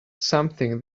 something